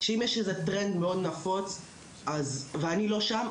שאם יש איזה טרנד מאוד נפוץ ואני לא שם,